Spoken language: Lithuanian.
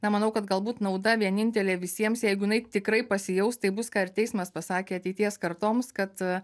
na manau kad galbūt nauda vienintelė visiems jeigu jinai tikrai pasijaus tai bus ką ir teismas pasakė ateities kartoms kad